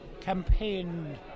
campaigned